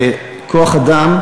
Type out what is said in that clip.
כוח-אדם,